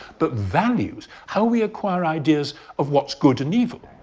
but values, how we acquire ideas of what's good and evil.